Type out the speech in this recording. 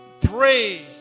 pray